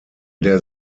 der